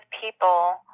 people